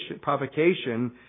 provocation